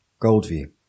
Goldview